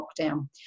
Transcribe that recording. lockdown